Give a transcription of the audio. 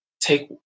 take